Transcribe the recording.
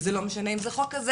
וזה לא משנה אם זה חוק כזה,